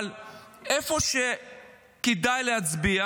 איפה שכדאי להצביע,